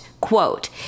quote